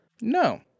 No